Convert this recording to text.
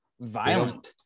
violent